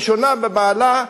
ראשונה במעלה,